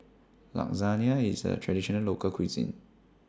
Lasagna IS A Traditional Local Cuisine